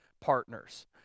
partners